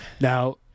Now